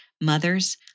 Mothers